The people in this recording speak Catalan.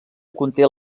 conté